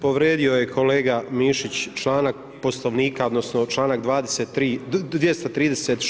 Povrijedio je kolega Mišić članak Poslovnika, odnosno članak 236.